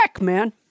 man